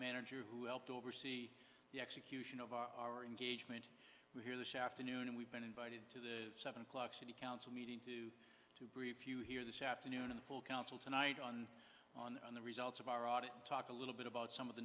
manager who helped oversee the execution of our engagement here this afternoon and we've been invited to the seven o'clock city council meeting to brief you here this afternoon and full council tonight on on the results of our audit talk a little bit about some of the